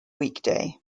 weekday